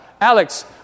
Alex